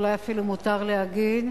אולי אפילו מותר להגיד: